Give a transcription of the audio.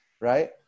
right